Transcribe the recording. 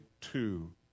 two